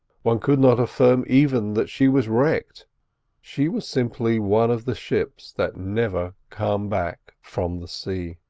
one could not affirm even that she was wrecked she was simply one of the ships that never come back from the sea.